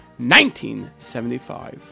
1975